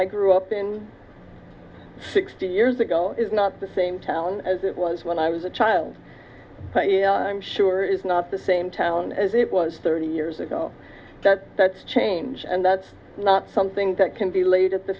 i grew up in sixty years ago is not the same town as it was when i was a child i'm sure is not the same town as it was thirty years ago but that's changed and that's not something that can be laid at the